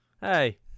Hey